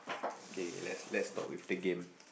kay let's let's talk with the game